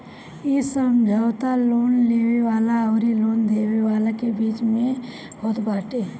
इ समझौता लोन लेवे वाला अउरी लोन देवे वाला के बीच में होत बाटे